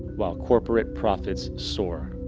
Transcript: while corporate profits soar.